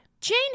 Jane